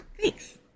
Thanks